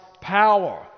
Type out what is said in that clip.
power